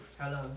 Hello